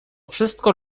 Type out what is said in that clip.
wszystko